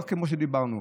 כמו שאמרנו.